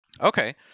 Okay